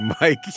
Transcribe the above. Mike